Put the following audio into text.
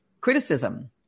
criticism